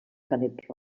canet